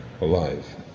alive